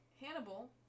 Hannibal